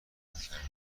عادت